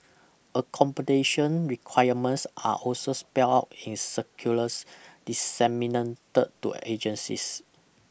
accommodation requirements are also spell out in circulars disseminated to agencies